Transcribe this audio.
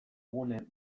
gune